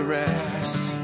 rest